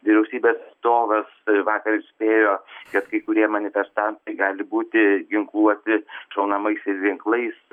vyriausybės atstovas vakar įspėjo kad kai kurie manifestantai gali būti ginkluoti šaunamaisiais ginklais